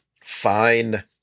Fine